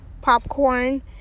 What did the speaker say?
popcorn